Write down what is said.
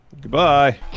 Goodbye